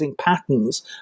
patterns